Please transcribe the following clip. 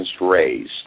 raised